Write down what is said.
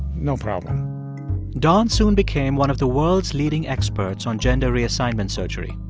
no problem don soon became one of the world's leading experts on gender reassignment surgery.